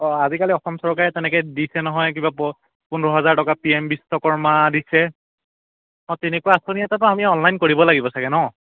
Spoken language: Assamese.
অঁ আজিকালি অসম চৰকাৰে তেনেকৈ দিছে নহয় কিবা পোন্ধৰ হাজাৰ টকা পি এম বিশ্বকৰ্মা দিছে অঁ তেনেকুৱা আঁচনি এটাটো আমি অনলাইন কৰিব লাগিব চাগৈ ন